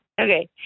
Okay